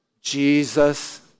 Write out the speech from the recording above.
Jesus